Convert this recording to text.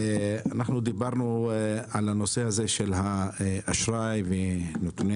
אנחנו דיברנו על הנושא של אשראי ונתוני